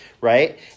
right